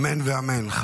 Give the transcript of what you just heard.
אמן ואמן.